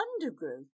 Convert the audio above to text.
undergrowth